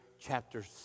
Chapter